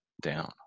down